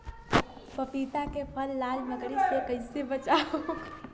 पपीता के फल के लाल मकड़ी से कइसे बचाव होखि?